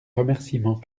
remerciements